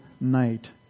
night